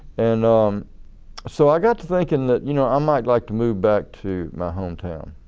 and um so i got to thinking that you know i might like to move back to my home town.